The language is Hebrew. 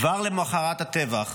כבר למוחרת הטבח,